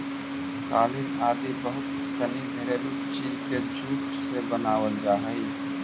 कालीन आदि बहुत सनी घरेलू चीज के जूट से बनावल जा हइ